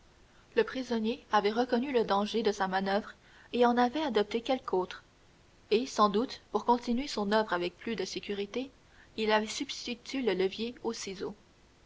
le prisonnier avait reconnu le danger de sa manoeuvre et en avait adopté quelque autre et sans doute pour continuer son oeuvre avec plus de sécurité il avait substitué le levier au ciseau